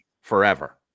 forever